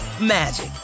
magic